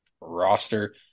roster